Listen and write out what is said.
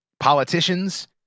politicians